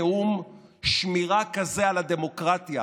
מסוגל לתת נאום שמירה כזה על הדמוקרטיה?